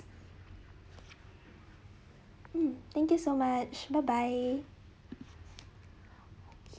mm thank you so much bye bye